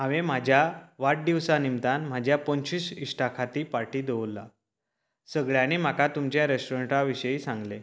हांवेन म्हाज्या वाडदिवसा निमतान म्हाज्या पंचवीस इश्टांक खातीर पार्टी दवरला सगळ्यांनीं म्हाका तुमचें रेस्टोरंटा विशीं सांगलें